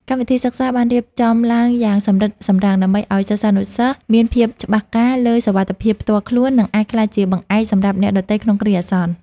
កម្មវិធីសិក្សាបានរៀបចំឡើងយ៉ាងសម្រិតសម្រាំង ដើម្បីឱ្យសិស្សានុសិស្សមានភាពម្ចាស់ការលើសុវត្ថិភាពផ្ទាល់ខ្លួន និងអាចក្លាយជាបង្អែកសម្រាប់អ្នកដទៃក្នុងគ្រាអាសន្ន។